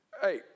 hey